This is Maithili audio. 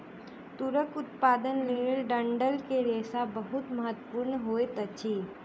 तूरक उत्पादन के लेल डंठल के रेशा बहुत महत्वपूर्ण होइत अछि